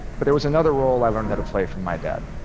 but there was another role i learned how to play from my dad,